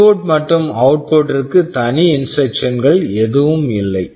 input input மற்றும் output output டிற்கு தனி இன்ஸ்ட்ரக்சன் instruction கள் எதுவும் இல்லை